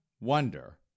wonder